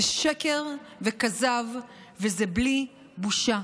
זה שקר וכזב, וזה בלי בושה.